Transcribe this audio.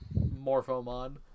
Morphomon